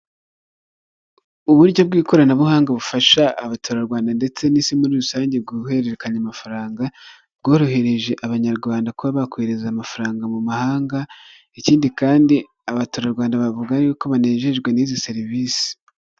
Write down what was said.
Ishusho iri mu ibara ry'ubururu ndetse n'umweru ishushanyijeho telefone iri kugaragazaho akanyenyeri maganinani urwego hari imibare yanditswe impande hariho amagambo ari mu rurimi rw'icyongereza ndetse n'andi ari mu ururimi rw'ikinyarwanda makeya na nimero za telefoni.